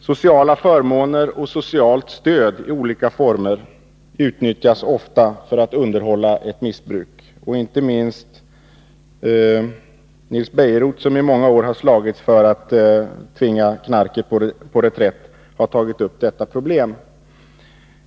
Sociala förmåner och socialt stöd i olika former utnyttjas ofta för att underhålla ett missbruk. Inte minst Nils Bejerot, som i många år har slagits för att tvinga knarket på reträtt, har tagit upp detta problem.